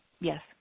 Yes